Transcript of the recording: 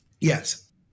Yes